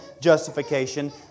justification